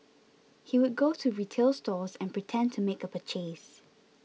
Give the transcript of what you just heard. he would go to retail stores and pretend to make a purchase